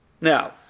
Now